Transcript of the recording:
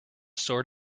sort